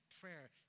prayer